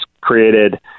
created